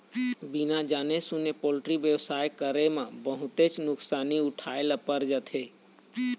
बिना जाने सूने पोल्टी बेवसाय करे म बहुतेच नुकसानी उठाए ल पर जाथे